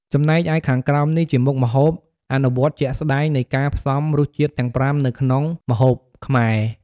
ចំណែកឯ ខាងក្រោមនេះជាមុខម្ហូបអនុវត្តជាក់ស្ដែងនៃការផ្សំរសជាតិទាំងប្រាំនៅក្នុងម្ហូបខ្មែរ ។